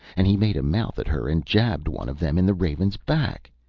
and he made a mouth at her and jabbed one of them in the raven's back.